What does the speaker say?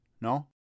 no